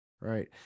Right